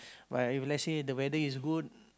but if let's say the weather is good